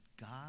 God